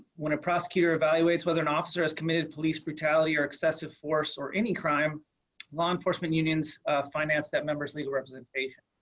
when a prosecutor evaluate whether an officer has committed police brutality or excessive force or any crime law enforcement unions finance that members legal representation.